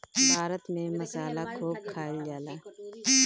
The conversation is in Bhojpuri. भारत में मसाला खूब खाइल जाला